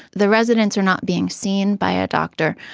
the residents are not being seen by a doctor.